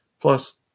plus